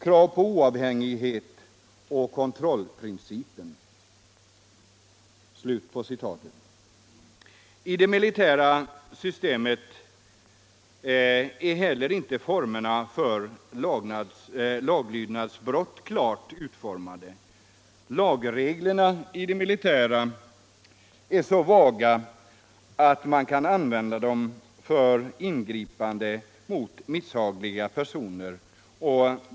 — Krav på oavhängighet. — Kontrollprincipen. I det militära systemet är heller inte klart utformat vad laglydnadsbrotten innebär. Lagreglerna är så vaga att man kan använda dem för ingripande mot misshagliga personer.